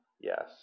Yes